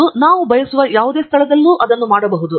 ಮತ್ತು ನಾವು ಬಯಸುವ ಯಾವುದೇ ಸ್ಥಳದಲ್ಲಿ ಅದನ್ನು ಮಾಡಬಹುದು